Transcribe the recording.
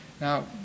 now